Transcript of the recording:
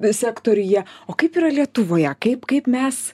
sektoriuje o kaip yra lietuvoje kaip kaip mes